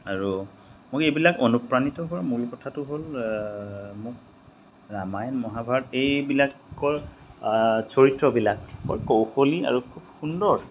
আৰু মোক এইবিলাক অনুপ্ৰাণিত হোৱাৰ মূল কথাটো হ'ল মোক ৰামায়ণ মহাভাৰত এইবিলাকৰ চৰিত্ৰবিলাক বৰ কৌশলী আৰু খুব সুন্দৰ